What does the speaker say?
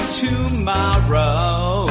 tomorrow